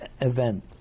event